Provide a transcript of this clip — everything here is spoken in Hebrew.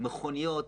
מכוניות,